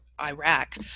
Iraq